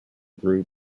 group